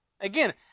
Again